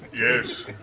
yes,